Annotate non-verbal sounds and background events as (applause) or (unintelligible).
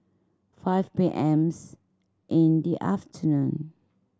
five P M (unintelligible) in the afternoon